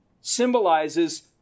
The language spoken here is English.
symbolizes